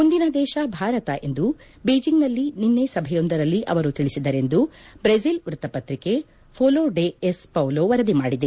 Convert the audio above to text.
ಮುಂದಿನ ದೇಶ ಭಾರತ ಎಂದು ಬೀಜಿಂಗ್ನಲ್ಲಿ ನಿನ್ನೆ ಸಭೆಯೊಂದರಲ್ಲಿ ಅವರು ತಿಳಿಸಿದರೆಂದು ಬ್ರೆಜಿಲ್ ವ್ಯಕ್ತ ಪತ್ರಿಕೆ ಫೋಲೊ ಡೆ ಎಸ್ ಪೌಲೋ ವರದಿ ಮಾಡಿದೆ